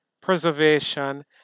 preservation